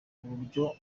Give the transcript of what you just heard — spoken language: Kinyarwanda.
kuburyo